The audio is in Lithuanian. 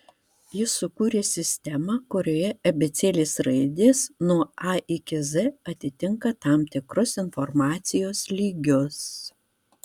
jis sukūrė sistemą kurioje abėcėlės raidės nuo a iki z atitinka tam tikrus informacijos lygius